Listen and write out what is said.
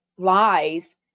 lies